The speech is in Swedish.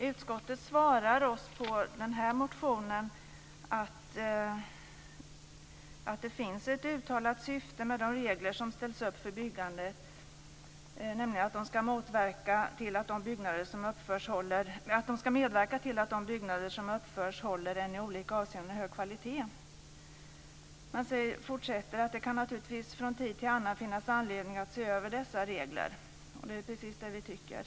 Utskottet svarar oss att det finns ett uttalat syfte med de regler som ställts upp för byggandet, nämligen att de ska medverka till att de byggnader som uppförs håller en i olika avseenden hög kvalitet. Man fortsätter att det naturligtvis från tid till annan kan finnas anledning att se över dessa regler. Det är precis det vi tycker.